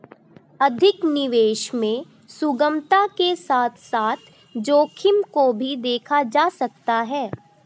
अधिक निवेश में सुगमता के साथ साथ जोखिम को भी देखा जा सकता है